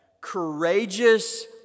courageous